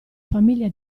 famiglia